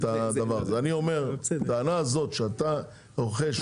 הטענה הזאת שאתה רוכש,